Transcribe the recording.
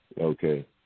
Okay